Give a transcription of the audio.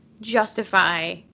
justify